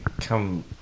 come